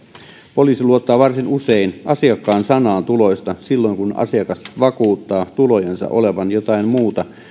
poliisi luottaa varsin usein asiakkaan sanaan tuloista silloin kun asiakas vakuuttaa tulojensa olevan jotain muuta